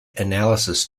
analysis